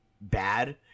bad